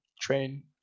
train